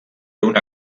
una